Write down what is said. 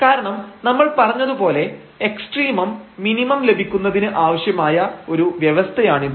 കാരണം നമ്മൾ പറഞ്ഞതുപോലെ എക്സ്ട്രീമം മിനിമം ലഭിക്കുന്നതിന് ആവശ്യമായ ഒരു വ്യവസ്ഥയാണിത്